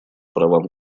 правам